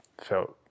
felt